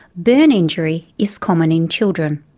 burn injury is common in children.